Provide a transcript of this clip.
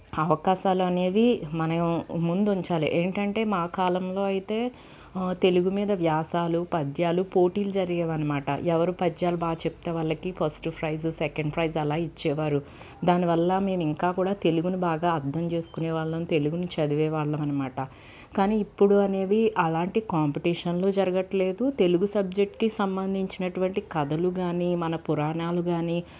అవకాశాలు అనేది మనం ముందు ఉంచాలి ఏంటంటే మా కాలంలో అయితే తెలుగు మీద వ్యాసాలు పద్యాలు పోటీలు జరిగేవి అనమాట ఎవరు పద్యాలు బాగా చెప్తే వాళ్ళకి ఫస్ట్ ప్రైజ్ సెకండ్ ప్రైజ్ అలా ఇచ్చేవారు దానివల్ల నేను ఇంకా కూడా తెలుగుని బాగా అర్థం చేసుకునే వాళ్ళం తెలుగుని చదివే వాళ్ళం అనమాట కానీ ఇప్పుడు అనేవి అలాంటి కాంపిటేషన్లు జరగట్లేదు తెలుగు సబ్జెక్టుకి సంబంధించినటువంటి కథలు గాని మన పురాణాలు గానీ